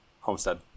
Homestead